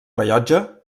rellotge